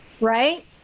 right